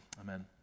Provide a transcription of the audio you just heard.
amen